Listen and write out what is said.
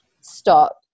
Stop